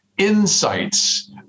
insights